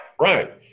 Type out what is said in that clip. right